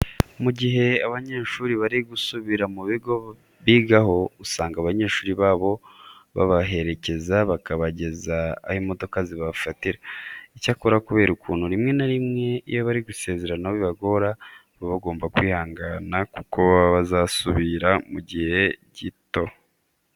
Mu gihe abanyeshuri bari gusubira ku bigo baba bigaho, usanga ababyeyi babo babaherekeza bakabageza aho imodoka zibafatira. Icyakora kubera ukuntu rimwe na rimwe iyo bari gusezeranaho bibagora, baba bagomba kwihangana kuko baba bazasubira mu gihe gito.